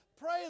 pray